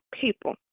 people